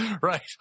right